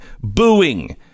booing